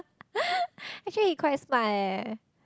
actually he quite smart eh